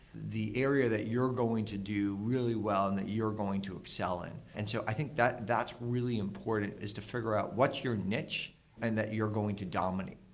the area that you're going to do really well and that you're going to excel in. and so i think that's really important, is to figure out what's your niche and that you're going to dominate.